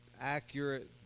accurate